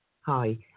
Hi